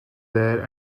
there